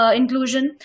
inclusion